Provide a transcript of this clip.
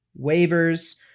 waivers